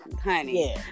honey